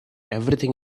everything